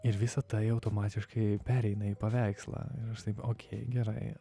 ir visa tai automatiškai pereina į paveikslą ir aš taip okei gerai